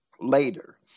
later